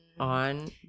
On